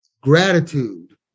gratitude